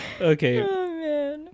okay